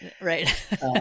Right